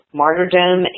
martyrdom